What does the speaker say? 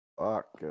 Fuck